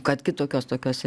kad kitokios tokios